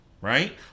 Right